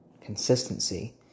consistency